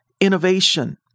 innovation